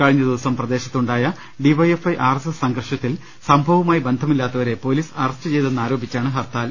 കഴിഞ്ഞദിവസം പ്രദേശത്തുണ്ടായ D Y F I R S S സംഘർഷത്തിൽ സംഭവവുമായി ബന്ധമില്ലാത്തവരെ ്പൊലീസ് അറസ്റ്റ് ചെയ്തെന്ന് ആരോപിച്ചാണ് ഹർത്താൽ